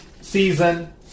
season